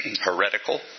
heretical